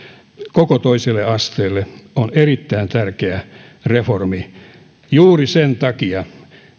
koko toiselle asteelle on erittäin tärkeä reformi juuri sen takia